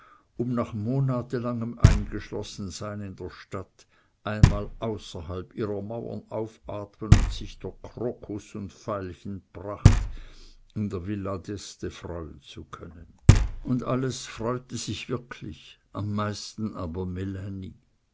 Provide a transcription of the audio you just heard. um nach monatelangem eingeschlossensein in der stadt einmal außerhalb ihrer mauern aufatmen und sich der krokus und veilchenpracht in villa d'este freuen zu können und alles freute sich wirklich am meisten aber